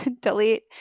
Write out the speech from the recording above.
delete